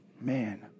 man